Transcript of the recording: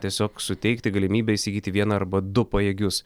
tiesiog suteikti galimybę įsigyti vieną arba du pajėgius